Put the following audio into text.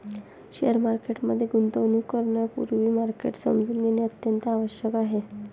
share market मध्ये गुंतवणूक करण्यापूर्वी मार्केट समजून घेणे अत्यंत आवश्यक आहे